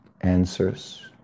Answers